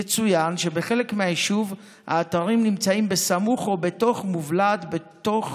יצוין שבחלק מהיישובים האתרים נמצאים בסמוך או בתוך מובלעת בתוך